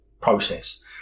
process